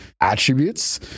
attributes